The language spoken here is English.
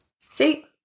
See